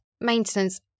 maintenance